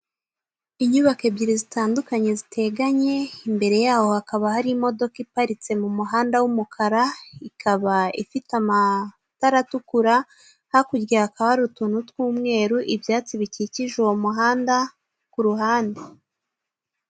Inyubako ebyiri zitandukanye ziteganye, imbere yaho hakaba hari imodoka iparitse mu muhanda w'umukara, ikaba ifite amatara atukura, hakurya hakaba hari utuntu tw'umweru, ibyatsi bikikije uwo muhanda ku ruhande.